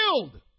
killed